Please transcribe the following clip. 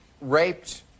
Raped